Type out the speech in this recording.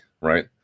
right